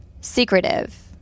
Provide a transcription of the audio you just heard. secretive